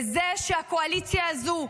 וזה שהקואליציה הזו,